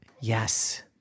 yes